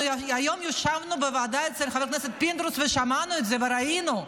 אנחנו היום ישבנו בוועדה אצל חבר הכנסת פינדרוס ושמענו וראינו את זה.